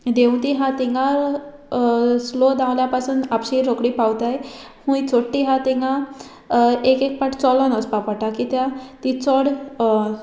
देंवती हा थिंगां स्लो धांवल्या पासून आपशी रोकडी पावताय खूंय चोडटी आहा थिंगां एक एक पाट चलोन वोचपा पडटा कित्याक ती चोड